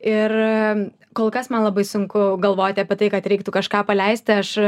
ir kol kas man labai sunku galvoti apie tai kad reiktų kažką paleisti aš